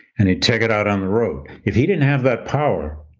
and he'd took it out on the road. if he didn't have that power,